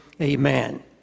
amen